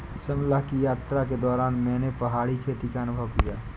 शिमला की यात्रा के दौरान मैंने पहाड़ी खेती का अनुभव किया